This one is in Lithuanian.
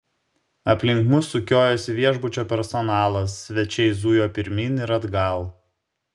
aplink mus sukiojosi viešbučio personalas svečiai zujo pirmyn ir atgal